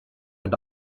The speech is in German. und